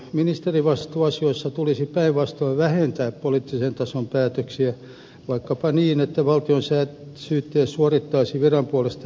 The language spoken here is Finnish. ministerivastuuasioissa tulisi päinvastoin vähentää poliittisen tason päätöksiä vaikkapa niin että valtionsyyttäjä suorittaisi viran puolesta esitutkinnan